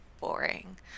boring